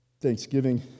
Thanksgiving